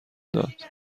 داد